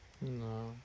No